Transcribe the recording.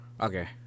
Okay